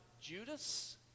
Judas